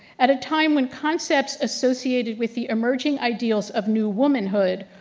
at a time when concepts associated with the emerging ideals of new womanhood,